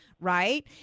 right